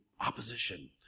opposition